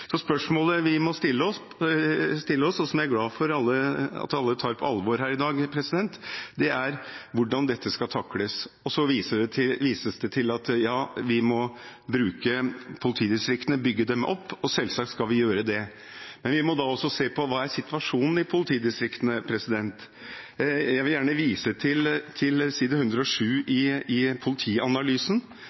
Spørsmålet vi må stille oss, og som jeg er glad for at alle tar på alvor her i dag, er hvordan dette skal takles. Det vises til at ja, vi må bruke politidistriktene, bygge dem opp. Selvsagt skal vi gjøre det, men vi må også se på hva som er situasjonen i politidistriktene. Jeg vil gjerne vise til s. 107 i Politianalysen,